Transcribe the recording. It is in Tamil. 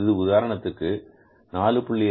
இது உதாரணத்திற்கு 4